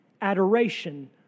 adoration